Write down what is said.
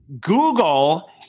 Google